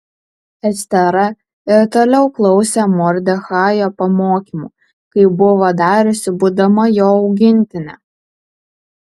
estera ir toliau klausė mordechajo pamokymų kaip buvo dariusi būdama jo augintinė